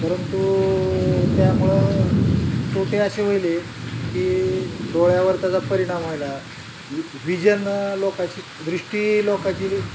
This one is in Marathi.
परंतु त्यामुळं तोटे असे होईल की डोळ्यावर त्याचा परिणाम व्हायला विजन लोकाची दृष्टी लोकाची